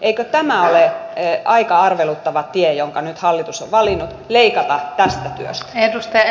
eikö tämä ole aika arveluttava tie jonka nyt hallitus on valinnut leikata tästä työstä